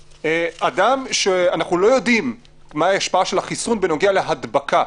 אדם שאנחנו לא יודעים מהי ההשפעה של החיסון בנוגע להדבקה,